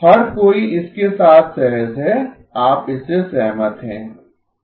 हर कोई इसके साथ सहज है आप इससे सहमत है